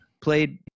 played